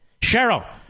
Cheryl